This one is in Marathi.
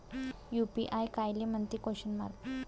यू.पी.आय कायले म्हनते?